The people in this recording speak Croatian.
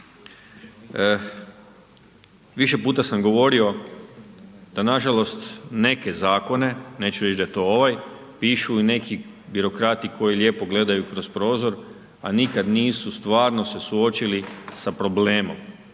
Više puta sam govorio da nažalost neke zakone, neću reći da je to ovaj, pišu i neki birokrati koji lijepo gledaju kroz prozor a nikad nisu stvarno se suočili sa problemom,